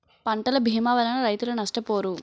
పంటల భీమా వలన రైతులు నష్టపోరు